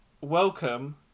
welcome